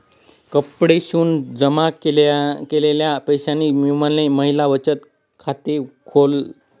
कपडे शिवून जमा केलेल्या पैशांनी विमलने महिला बचत खाते खोल्ल